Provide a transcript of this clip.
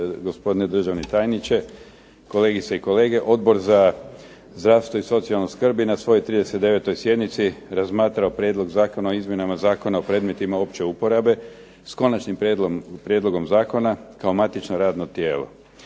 gospodine državni tajniče, kolegice i kolege. Odbor za zdravstvo i socijalnu skrb je na svojoj 39. sjednici razmatrao Prijedlog zakona o izmjenama Zakona o predmetima opće uporabe s konačnim prijedlogom zakona kao matično radno tijelo.